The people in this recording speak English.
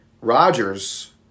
Rogers